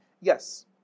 Yes